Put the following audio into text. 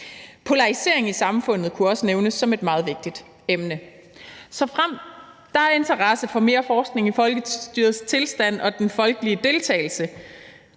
Polariseringen i samfundet kunne også nævnes som et meget vigtigt emne. Såfremt der er interesse for mere forskning i folkestyrets tilstand og den folkelige deltagelse